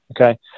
Okay